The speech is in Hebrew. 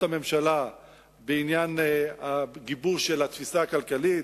הממשלה בעניין הגיבוש של התפיסה הכלכלית,